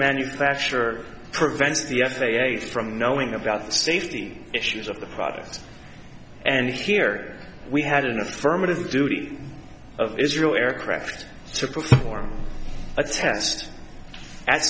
manufacturer prevents the f a a from knowing about the safety issues of the product and here we had an affirmative duty of israel aircraft to perform a test a